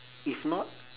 if not